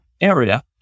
area